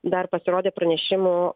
dar pasirodė pranešimų